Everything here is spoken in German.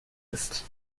ist